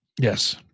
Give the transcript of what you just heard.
Yes